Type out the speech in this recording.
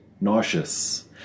nauseous